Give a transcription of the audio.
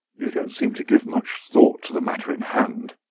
you don't seem to give much thought to the matter in hand,